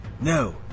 No